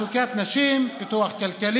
כאשר מדברים על תעסוקת נשים, פיתוח כלכלי,